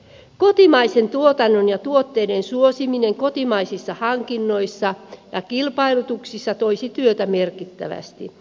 kotimaisen tuotannon ja kotimaisten tuotteiden suosiminen kotimaisissa hankinnoissa ja kilpailutuksissa toisi työtä merkittävästi